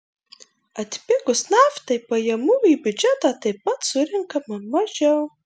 atpigus naftai pajamų į biudžetą taip pat surenkama mažiau